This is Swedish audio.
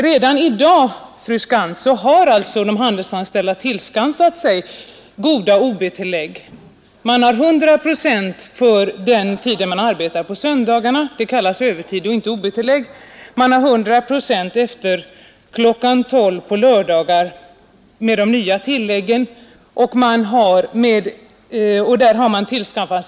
Redan i dag, fru Skantz, har de handelsanställda ob-tillägg med 100 procents tillägg för den tid man arbetar på söndagar. Det kallas visserligen övertidsersättning och inte ob-tillägg. Man har nu 100 procents tillägg efter kl. 13 på lördagar, och med de nya ob-tilläggen får man en förhöjning med 30 procent, mellan kl.